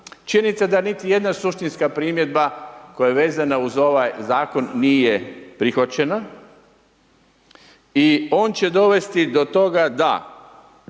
Činjenica da niti jedna suštinska primjedba koja veza uz ovaj zakon nije prihvaćena i on će dovesti do toga da